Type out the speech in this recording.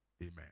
Amen